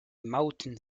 mountain